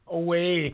away